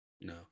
No